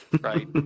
right